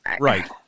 Right